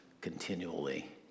continually